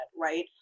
right